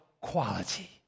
quality